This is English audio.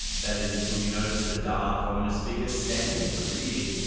that is until you notice the dark, ominous figure standing at the rear.